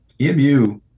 EMU